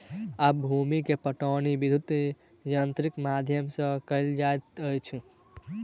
आब भूमि के पाटौनी विद्युत यंत्रक माध्यम सॅ कएल जाइत अछि